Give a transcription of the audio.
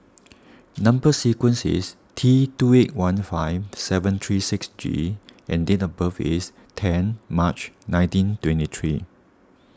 Number Sequence is T two eight one five seven three six G and date of birth is ten March nineteen twenty three